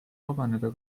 vabaneda